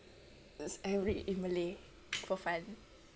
I read in malay for fun